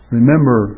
Remember